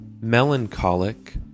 melancholic